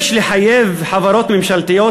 יש לחייב חברות ממשלתיות,